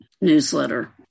newsletter